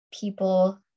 people